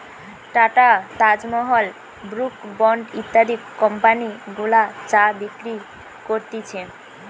tata, Taj Mahal, Brooke Bond ইত্যাদি company গুলা চা বিক্রি করতিছে